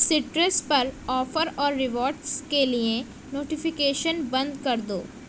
سٹرس پر آفر اور ریوارڈز کے لیے نوٹیفیکیشن بند کر دو